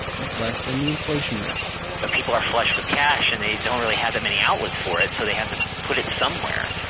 that's less than the inflation rate ah people are flush with cash and they don't really have that many outlets for it, so they have to put it somewhere.